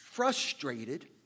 frustrated